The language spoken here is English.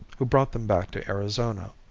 who brought them back to arizona.